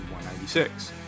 196